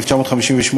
[מס' כ/569,